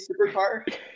supercar